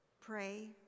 pray